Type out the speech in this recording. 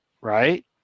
right